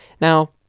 Now